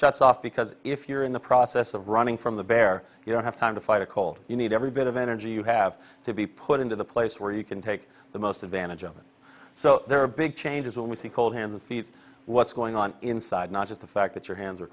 shuts off because if you're in the process of running from the bear you don't have time to fight a cold you need every bit of energy you have to be put into the place where you can take the most of damage of it so there are big changes when we see cold hands and feet what's going on inside not just the fact that your hands are